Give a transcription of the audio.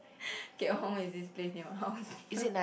Keat-Hong is this place near my house